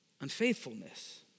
unfaithfulness